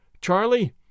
Charlie